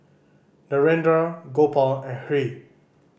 Narendra Gopal and Hri